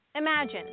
Imagine